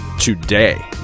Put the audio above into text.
today